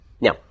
Now